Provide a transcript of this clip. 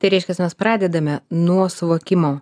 tai reiškias mes pradedame nuo suvokimo